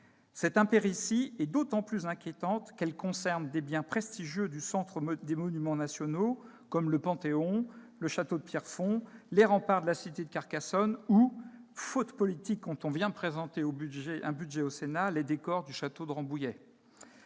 Cette impéritie est d'autant plus inquiétante qu'elle concerne des biens prestigieux du Centre des monuments nationaux comme le Panthéon, le château de Pierrefonds, les remparts de la cité de Carcassonne ou- faute politique quand on vient présenter un budget au Sénat -les décors du château de Rambouillet.